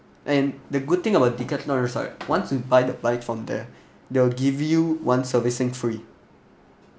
and the good thing about Decathlon is like once you buy the bike from there they will give you one servicing free